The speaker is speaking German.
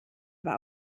aber